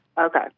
Okay